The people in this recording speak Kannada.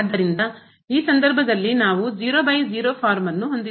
ಆದ್ದರಿಂದ ಈ ಸಂದರ್ಭದಲ್ಲಿ ನಾವು 00 ಫಾರ್ಮ್ ಅನ್ನು ಹೊಂದಿದ್ದೇವೆ